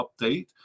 update